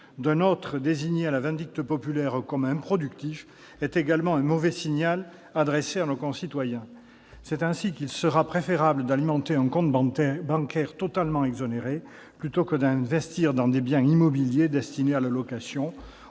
d'un autre désigné à la vindicte populaire comme improductif est également un mauvais signal adressé à nos concitoyens. C'est ainsi qu'il sera préférable d'alimenter un compte bancaire, totalement exonéré, plutôt que d'investir dans des biens immobiliers destinés à la location,